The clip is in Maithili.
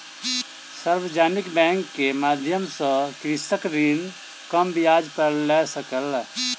सार्वजानिक बैंक के माध्यम सॅ कृषक ऋण कम ब्याज पर लय सकल